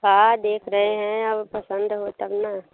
का देख रहे हैं अब पसंद हो तब ना